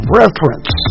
reference